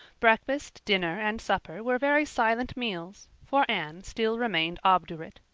breakfast, dinner, and supper were very silent meals for anne still remained obdurate.